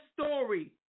story